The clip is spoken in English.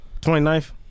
29th